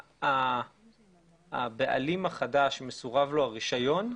לבעלים החדש מסורב הרישיון,